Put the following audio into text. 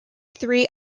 three